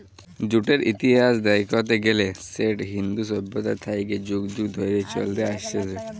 জুটের ইতিহাস দ্যাইখতে গ্যালে সেট ইন্দু সইভ্যতা থ্যাইকে যুগ যুগ ধইরে চইলে আইসছে